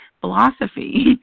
philosophy